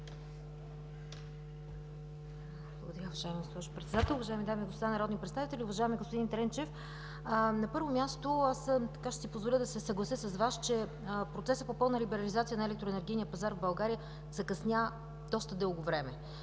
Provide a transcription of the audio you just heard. ПЕТКОВА: Уважаема госпожо Председател, уважаеми дами и господа народни представители, уважаеми господин Тренчев! На първо място, ще си позволя да се съглася с Вас, че процесът по пълна либерализация на електроенергийния пазар в България закъсня доста дълго време.